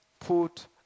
put